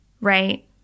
right